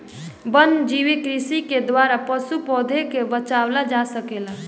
वन्यजीव कृषि के द्वारा पशु, पौधा के बचावल जा सकेला